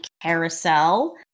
carousel